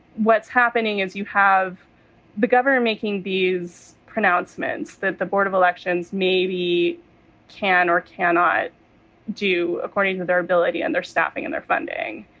what's happening is you have the governor making these pronouncements that the board of elections maybe can or cannot do according to their ability and their staffing and their funding.